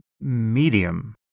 medium